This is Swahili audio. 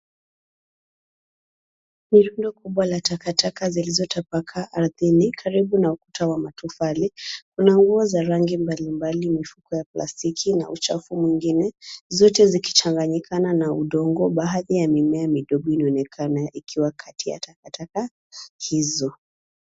Ni rundo kubwa la takataka zilizotapakaa ardhini karibu na ukuta wa matofali. Kuna nguo za rangi mbalimbali, mifuko ya plastiki na uchafu mwingine, zote zikichanganyikana na udongo. Baadhi ya mimea midogo inaonekana ikiwa kati ya takataka hizo.